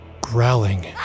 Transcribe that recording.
Growling